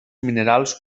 minerals